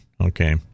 okay